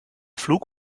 flug